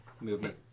movement